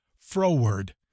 froward